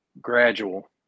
gradual